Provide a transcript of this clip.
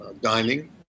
dining